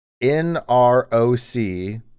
N-R-O-C